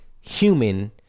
human